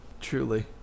truly